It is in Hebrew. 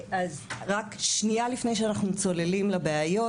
שנייה לפני שאנחנו צוללים לבעיות,